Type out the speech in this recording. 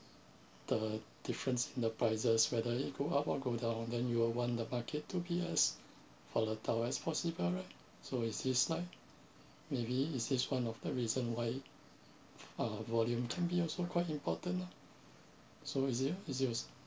the difference in the prices whether it go up or go down then you will want the market to be as volatile as possible right so it is like maybe this is one of the reason why uh volume can be also quite important lah so is it is it was